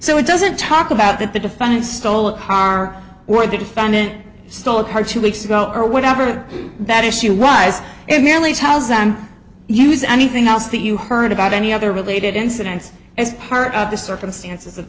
so it doesn't talk about that the defendant stole a car or the defendant stole a car two weeks ago or whatever that issue was it merely tells them use anything else that you heard about any other related incidents as part of the circumstances